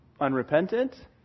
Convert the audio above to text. Unrepentant